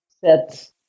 set